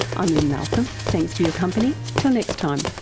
i'm lynne malcolm, thanks for your company, till next time